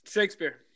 Shakespeare